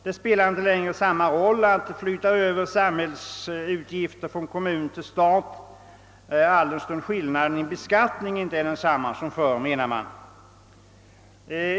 Det spelar inte längre samma roll som tidigare om man flyttar över samhällsutgifter från kommun till stat, anföres det, alldenstund skillnaden i beskattning inte är densamma som förr.